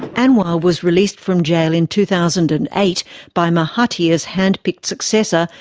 anwar was released from gaol in two thousand and eight by mahathir's hand-picked successor,